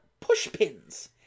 pushpins